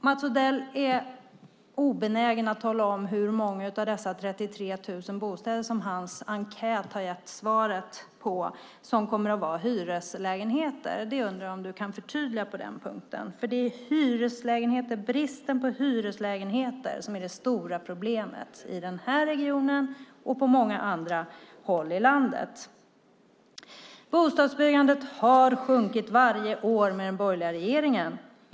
Mats Odell är obenägen att tala om hur många av de 33 000 bostäder som hans enkät gav som svar som kommer att vara hyreslägenheter. Jag undrar om han kan förtydliga det. Det är ju bristen på hyreslägenheter som är det stora problemet i den här regionen och på många andra håll i landet. Bostadsbyggandet har sjunkit varje år med den borgerliga regeringen.